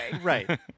right